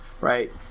right